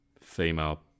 female